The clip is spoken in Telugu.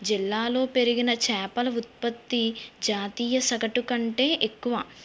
జిల్లాలో పెరిగిన చేపల ఉత్పత్తి జాతీయ సగటు కంటే ఎక్కువ